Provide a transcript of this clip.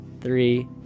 three